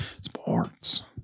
Sports